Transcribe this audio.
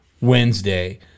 Wednesday